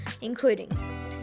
including